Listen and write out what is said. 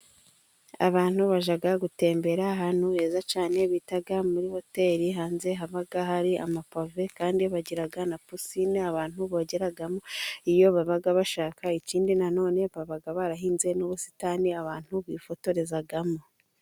Abantu bajya gutemberera ahantu heza cyane bita muri hoteri. Hanze haba hari amapave. Kandi bagira na pisine, abantu bogeramo. Iyo baba bashaka ikindi, nanone, baba barahinze n'ubusitani abantu bifotorezamo.